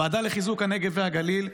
בוועדה לחיזוק הנגב והגליל,